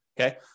Okay